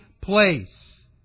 place